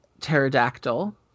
pterodactyl